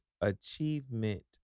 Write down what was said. achievement